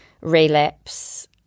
relapse